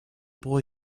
boy